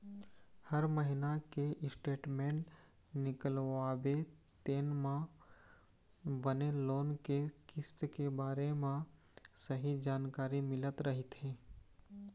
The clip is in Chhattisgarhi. हर महिना के स्टेटमेंट निकलवाबे तेन म बने लोन के किस्त के बारे म सहीं जानकारी मिलत रहिथे